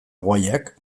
guayak